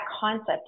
concept